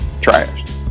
trash